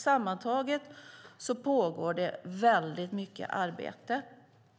Sammantaget pågår mycket arbete